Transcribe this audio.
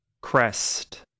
crest